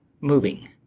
moving